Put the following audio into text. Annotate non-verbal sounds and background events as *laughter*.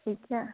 *unintelligible*